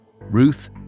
Ruth